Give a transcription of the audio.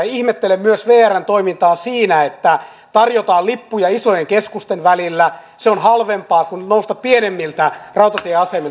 ihmettelen myös vrn toimintaa siinä että kun tarjotaan lippuja isojen keskusten välillä se on halvempaa kuin nousta pienemmiltä rautatieasemilta